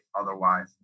otherwise